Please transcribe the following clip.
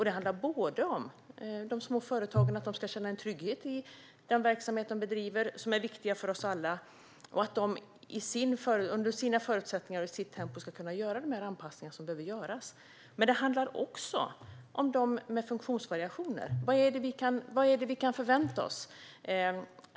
Det handlar både om att de små företagen ska känna en trygghet i den verksamhet de bedriver, som ju är viktig för oss alla, och att de under sina förutsättningar och i sitt tempo ska kunna göra de anpassningar som behövs. Men det handlar också om dem med funktionsvariationer. Vad kan vi förvänta oss?